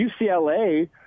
UCLA